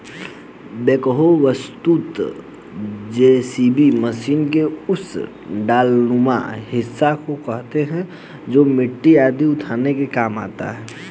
backhoe वस्तुतः JCB machine के उस डालानुमा हिस्सा को कहते हैं जो मिट्टी आदि उठाने के काम आता है